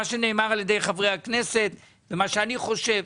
מה שנאמר על ידי חברי הכנסת ומה שאני חושב,